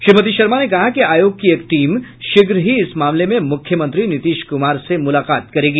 श्रीमती शर्मा ने कहा कि आयोग की एक टीम शीघ्र ही इस मामले में मुख्यमंत्री नीतीश कुमार से मुलाकात करेगी